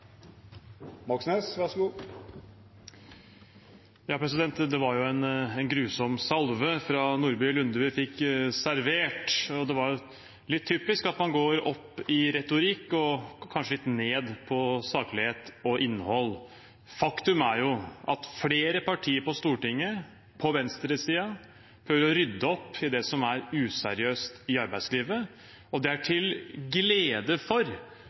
Det var en grusom salve fra Nordby Lunde vi fikk servert – og det var litt typisk at man går opp i retorikk og kanskje litt ned i saklighet og innhold. Faktum er at flere partier på venstresiden på Stortinget prøver å rydde opp i det som er useriøst i arbeidslivet. Det er til glede for